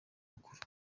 mukuru